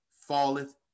falleth